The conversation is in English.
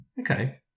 Okay